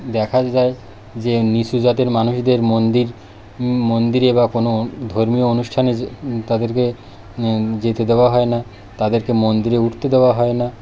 দেখা যায় যে নিচু জাতের মানুষদের মন্দির মন্দিরে বা কোনো ধর্মীয় অনুষ্ঠানে তাদেরকে যেতে দেওয়া হয় না তাদেরকে মন্দিরে উঠতে দেওয়া হয় না